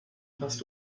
hast